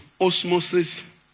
osmosis